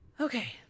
okay